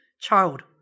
child